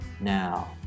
now